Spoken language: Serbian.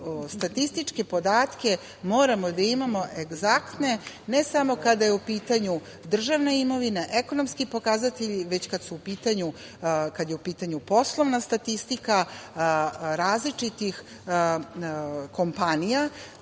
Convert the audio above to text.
statističke podatke moramo da imamo egzaktne, ne samo kada je u pitanju državna imovina, ekonomski pokazatelji, već kad je u pitanju poslovna statistika različitih kompanija